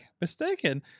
mistaken